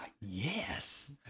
yes